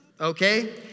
okay